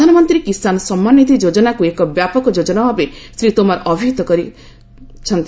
ପ୍ରଧାନମନ୍ତ୍ରୀ କିଷାନ ସମ୍ମାନ ନିଧି ଯୋଜନାକୁ ଏକ ବ୍ୟାପକ ଯୋଜନା ଭାବେ ଶ୍ରୀ ତୋମାର ଅଭିହିତ କରିଛନ୍ତି